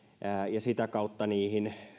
ja sitä kautta niihin